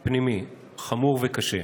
פנימי, חמור וקשה,